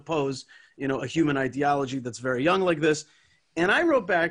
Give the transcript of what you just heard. והוא אומר שאפשר להתנגד לאידיאולוגיה אנושית צעירה כל כך ואני הגבתי,